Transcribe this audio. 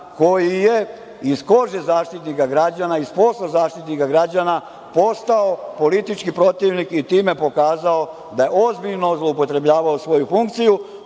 koji je iz kože Zaštitnika građana i s posla Zaštitnika građana postao politički protivnik i time pokazao da je ozbiljno zloupotrebljavao svoju funkciju. Od